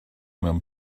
mewn